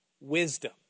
wisdom